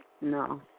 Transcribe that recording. No